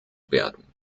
werden